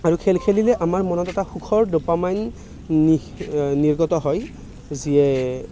আৰু খেল খেলিলে আমাৰ মনত এটা সুখৰ দুপামাইন নিশ নিৰ্গত হয় যিয়ে